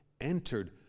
entered